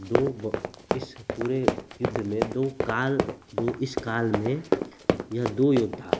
दो इस पूरे युद्ध में दो काल दो इस काल में यह दो योद्धा